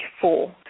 four